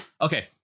Okay